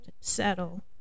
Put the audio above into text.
settle